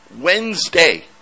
Wednesday